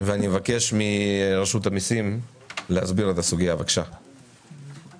אני מזכיר לכם שעל צו על משקאות ממותקים הוגשה רביזיה